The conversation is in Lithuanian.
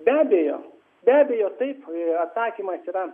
be abejo be abejo taip atsakymas yra